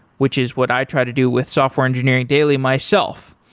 which is what i try to do with software engineering daily myself.